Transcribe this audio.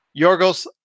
Yorgos